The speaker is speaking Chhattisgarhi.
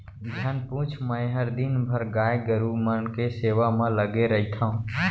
झन पूछ मैंहर दिन भर गाय गरू मन के सेवा म लगे रइथँव